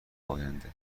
آینده